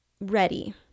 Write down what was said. ready